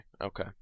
Okay